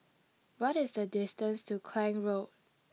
what is the distance to Klang Road